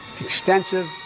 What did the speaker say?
extensive